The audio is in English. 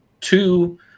two